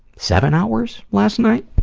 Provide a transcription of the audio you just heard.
seven hours last night,